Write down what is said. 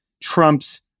Trump's